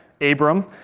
Abram